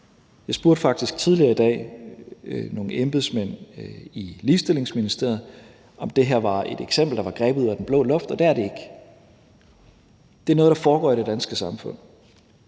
Jeg spurgte faktisk tidligere i dag nogle embedsmænd i Ligestillingsministeriet, om det her var et eksempel, der var grebet ud af den blå luft, og det er det ikke. Det er noget, der foregår i det danske samfund.